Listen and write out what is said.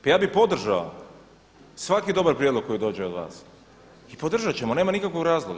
Pa ja bih podržao svaki dobar prijedlog koji dođe od vas i podržat ćemo, nema nikakvog razloga.